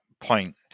point